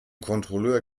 kontrolleur